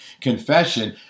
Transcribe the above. confession